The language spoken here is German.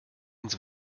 ins